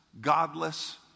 godless